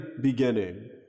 beginning